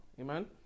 amen